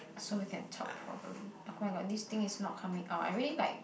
so we can talk properly oh-my-god this thing is not coming out I really like